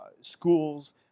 schools